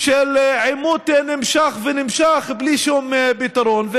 של עימות נמשך ונמשך בלי שום פתרון.